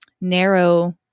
narrow